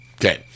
okay